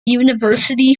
university